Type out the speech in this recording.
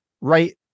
right